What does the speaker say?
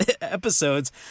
episodes